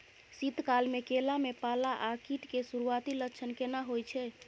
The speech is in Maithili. शीत काल में केला में पाला आ कीट के सुरूआती लक्षण केना हौय छै?